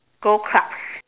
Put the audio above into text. go club